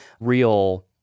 real